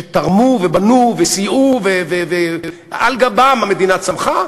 שתרמו ובנו וסייעו ועל גבם המדינה צמחה,